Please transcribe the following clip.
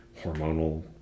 hormonal